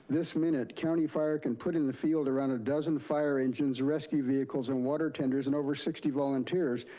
this minute, county fire can put in the field around a dozen fire engines, rescue vehicles and water tenders and over sixty volunteers,